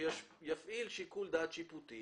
שיפעיל שיקול דעת שיפוטי